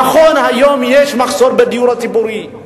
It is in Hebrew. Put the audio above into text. נכון, היום יש מחסור בדיור הציבורי,